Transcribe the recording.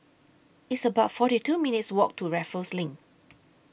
It's about forty two minutes' Walk to Raffles LINK